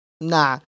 nah